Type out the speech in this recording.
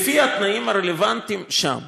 לפי התנאים הרלוונטיים שם.